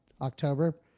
October